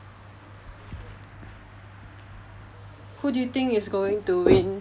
who do you think is going to win